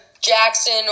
Jackson